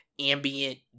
ambient